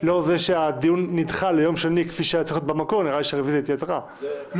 לפני הקריאה השנייה והשלישית בהצעת חוק